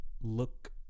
look